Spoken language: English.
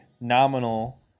nominal